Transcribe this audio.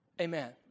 amen